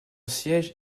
siège